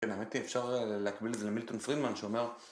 ובאמת אי אפשר להקביל את זה למילטון פרידמן שאומר